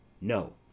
no